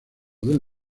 del